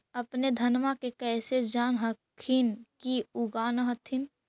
अपने धनमा के कैसे जान हखिन की उगा न हखिन?